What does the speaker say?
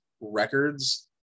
records